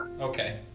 Okay